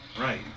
Right